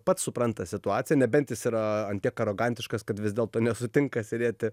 pats supranta situaciją nebent jis yra an tiek arogantiškas kad vis dėlto nesutinka sėdėti